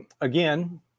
again